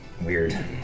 Weird